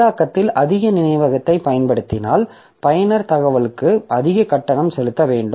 செயலாக்கத்தில் அதிக நினைவகத்தைப் பயன்படுத்தினால் பயனர் தகவலுக்கு அதிக கட்டணம் செலுத்த வேண்டும்